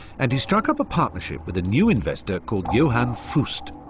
and he struck up a partnership with a new investor called johann fust.